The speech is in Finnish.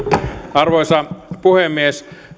arvoisa puhemies